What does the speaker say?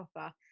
offer